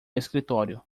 escritório